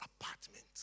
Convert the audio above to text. apartment